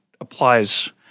applies –